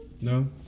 No